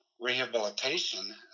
rehabilitation